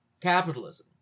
capitalism